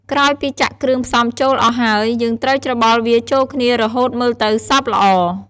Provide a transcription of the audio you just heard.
ក្រោយពីចាក់គ្រឿងផ្សំចូលអស់ហើយ យើងត្រូវច្របល់វាចូលគ្នារហូតមើលទៅសព្វល្អ។